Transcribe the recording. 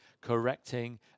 correcting